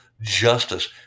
justice